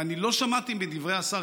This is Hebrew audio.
ואני לא שמעתי בדברי השר,